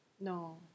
No